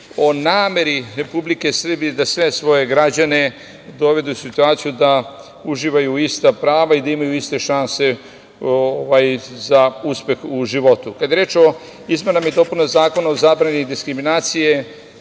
o nameri Republike Srbije da sve svoje građane dovede u situaciju da uživaju ista prava i da imaju iste šanse za uspeh u životu. Kada je reč o izmenama i dopunama Zakona o zabrani diskriminacije,